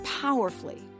powerfully